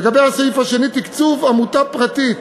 לגבי הסעיף השני, תקצוב עמותה פרטית